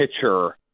pitcher